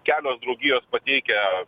kelios draugijos pateikę